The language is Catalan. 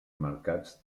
mercats